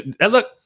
look